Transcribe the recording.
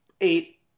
Eight